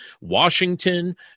Washington